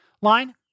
line